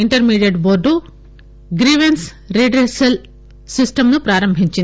intermediate board grievance redressal system ను ప్రారంభించింది